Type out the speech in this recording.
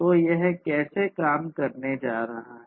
तो यह कैसे काम करने जा रहा है